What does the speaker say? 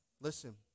listen